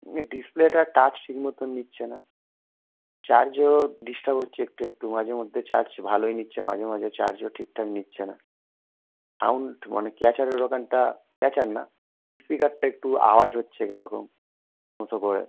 ইয়ে ডিসপ্লেটা টাচ ঠিক মতন নিচ্ছে না চার্জও ডিসটার্ব হচ্ছে একটু একটু মাঝে মধ্যে চার্জ ভালোই নিচ্ছে মাঝে মাঝে চার্জও ঠিকঠাক নিচ্ছে না সাউন্ড মানে ক্যাচারের ওখানটা ক্যাচার না স্পিকারটা একটু আওয়াজ হচ্ছে কিরকম মতো করে